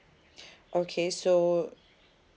okay so